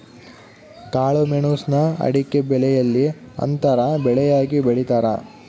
ಕಾಳುಮೆಣುಸ್ನ ಅಡಿಕೆಬೆಲೆಯಲ್ಲಿ ಅಂತರ ಬೆಳೆಯಾಗಿ ಬೆಳೀತಾರ